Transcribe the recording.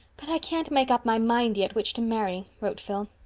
but i can't make up my mind yet which to marry, wrote phil.